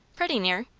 pretty near.